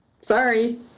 sorry